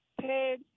paid